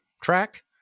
track